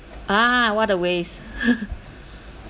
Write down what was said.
ah what a waste